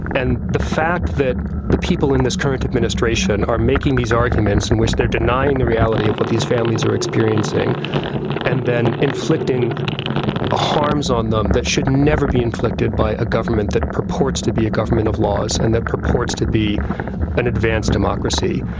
and the fact that the people in this current administration are making these arguments in which they're denying the reality of what these families are experiencing and then inflicting harms on them that should never be inflicted by a government that purports to be a government of laws and that purports to be an advanced democracy,